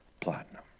platinum